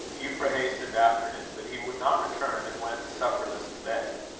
euphra, hastened after him but he would not return, and went supperless to bed.